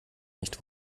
nicht